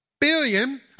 billion